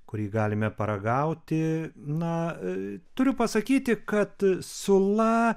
kurį galime paragauti na turiu pasakyti kad sula